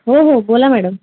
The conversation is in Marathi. हो हो बोला मैडम